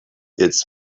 its